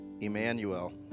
Emmanuel